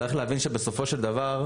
צריך להבין שבסופו של דבר,